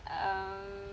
um